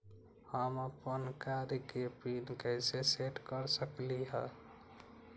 हम अपन कार्ड के पिन कैसे सेट कर सकली ह?